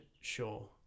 sure